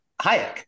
Hayek